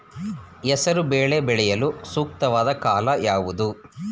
ಹೆಸರು ಬೇಳೆ ಬೆಳೆಯಲು ಸೂಕ್ತವಾದ ಕಾಲ ಯಾವುದು?